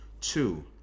Two